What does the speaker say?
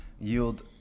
yield